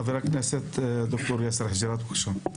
חבר הכנסת ד"ר יאסר חוג'יראת, בבקשה.